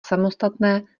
samostatné